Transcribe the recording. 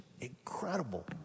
incredible